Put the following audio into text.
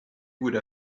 would